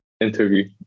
interview